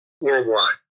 worldwide